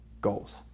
goals